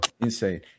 Insane